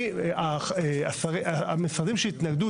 השרים שהתנגדו,